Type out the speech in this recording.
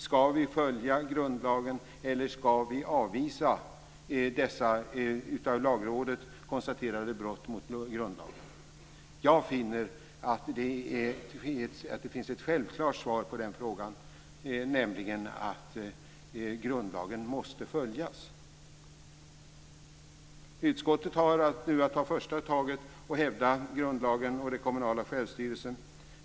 Ska vi följa grundlagen, eller ska vi avvisa dessa av Lagrådet konstaterade brott mot grundlagen? Jag finner att det finns ett självklart svar på den frågan, nämligen att grundlagen måste följas. Utskottet har nu att ta första taget och hävda grundlagen och den kommunala självstyrelsen.